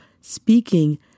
speaking